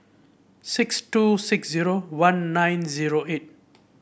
six two six zero one nine zero eight